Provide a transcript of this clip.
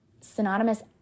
synonymous